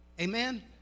Amen